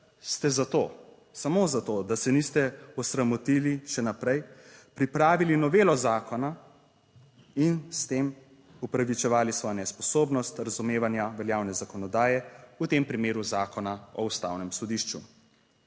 ste zato, samo zato, da se niste osramotili še naprej, pripravili novelo zakona in s tem opravičevali svojo nesposobnost razumevanja veljavne zakonodaje, v tem primeru Zakona o Ustavnem sodišču,